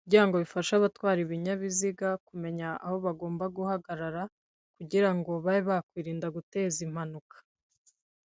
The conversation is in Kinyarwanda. kugira ngo bifasha abatwara ibinyabiziga kumenya aho bagomba guhagarara kugira ngo babe bakwirinda guteza impanuka.